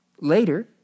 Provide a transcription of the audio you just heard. Later